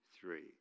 three